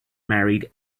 married